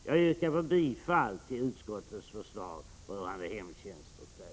Jag yrkar bifall till utskottets förslag rörande hemtjänsten och färdtjänsten.